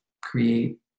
create